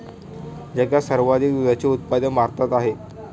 जगात सर्वाधिक दुधाचे उत्पादन भारतात आहे